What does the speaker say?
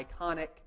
iconic